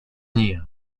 cía